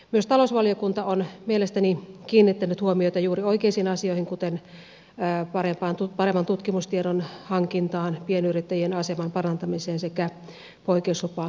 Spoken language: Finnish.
myös talousvaliokunta on mielestäni kiinnittänyt huomiota juuri oikeisiin asioihin kuten paremman tutkimustiedon hankintaan pienyrittäjien aseman parantamiseen sekä oikeuslupakäsittelyn keskittämiseen